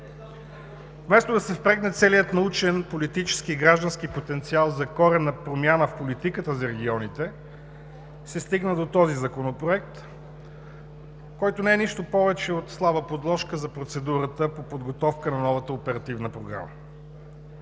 Вместо да се впрегне целият научен, политически и граждански потенциал за коренна промяна в политиката за регионите се стигна до този законопроект, който не е нищо повече от слаба подложка за процедурата по подготовка на новата оперативна програма.